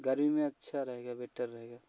गर्मी में अच्छा रहेगा बेटर रहेगा